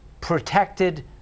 protected